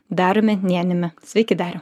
dariumi nėniumi sveiki dariau